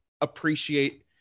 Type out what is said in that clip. appreciate